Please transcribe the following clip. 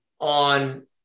on